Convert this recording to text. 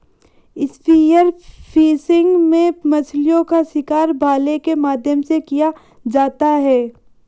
spear fishing में मछलीओं का शिकार भाले के माध्यम से किया जाता है